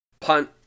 punt